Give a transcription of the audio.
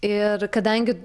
ir kadangi